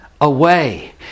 away